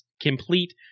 complete